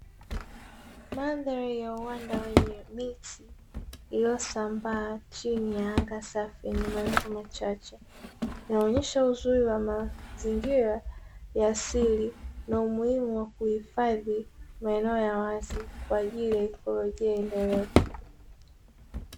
Mandhari ya uwanda wenye miti iliyosambaa chini ya anga safi yenye mawingu machache inaonyesha uzuri wa mazingira ya asili, na umuhimu wa kuhifadhi maeneo ya wazi kwa ajili ya ikolojia endelevu.